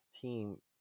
team